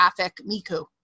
Miku